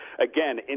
again